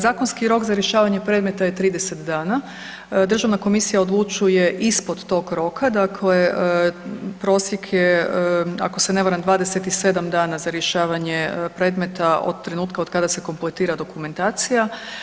Zakonski rok za rješavanje predmeta je 30 dana, državna komisija odlučuje ispod tog roka, dakle prosjek je ako se ne varam 27 dana za rješavanje predmeta od trenutka od kada se kompletira dokumentacija.